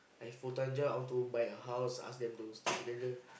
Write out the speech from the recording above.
I full time job I want to buy a house ask them to stay together